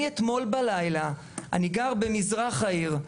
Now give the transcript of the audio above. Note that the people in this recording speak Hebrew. אני אתמול בלילה, אני גר במזרח העיר,